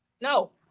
No